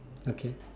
okay